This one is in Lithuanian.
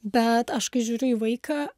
bet aš kai žiūriu į vaiką